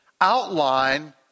outline